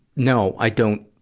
no, i don't,